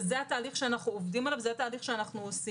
וזה התהליך שאנחנו עובדים עליו וזה התהליך שאנחנו עושים,